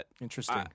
Interesting